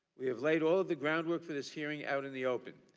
we played all the groundwork for this hearing out in the open.